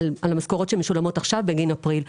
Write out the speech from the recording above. המשכורות שמשולמות עכשיו בגין חודש אפריל.